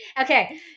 Okay